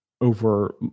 over